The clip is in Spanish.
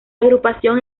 agrupación